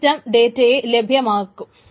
ഈ സിസ്റ്റം ഡേറ്റയെ ലഭ്യമാക്കും